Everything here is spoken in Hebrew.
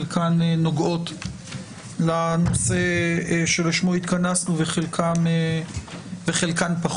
חלקן נוגעות לנושא שלשמו התכנסנו וחלקן פחות,